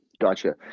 gotcha